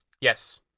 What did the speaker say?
Yes